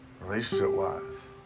Relationship-wise